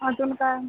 अजून काय